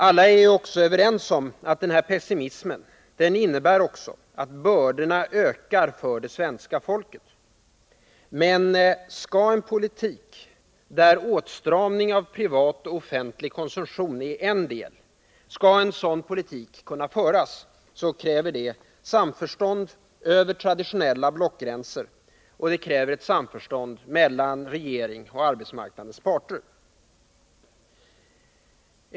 Alla är också överens om att denna pessimism innebär att bördorna ökar för det svenska folket. Men skall en politik där åtstramning av privat och offentlig konsumtion är en del kunna föras, kräver det samförstånd över traditionella blockgränser och ett samförstånd mellan regering och arbetsmarknadens parter.